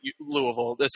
Louisville